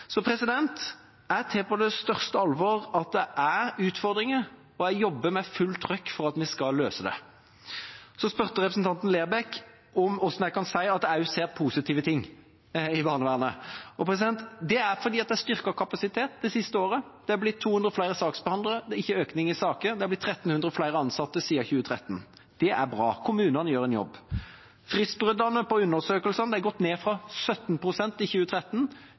Så jeg tar på største alvor at det er utfordringer, og jeg jobber med full trøkk for at vi skal løse det. Så spurte representanten Lerbrekk om hvordan jeg kan si at det også skjer positive ting i barnevernet. Det er fordi det er styrket kapasitet det siste året. Det er blitt 200 flere saksbehandlere, det er ikke økning i saker, det er blitt 1 300 flere ansatte siden 2013. Det er bra, kommunene gjør en jobb. Fristbruddene på undersøkelsene er gått ned fra 17 pst. i 2013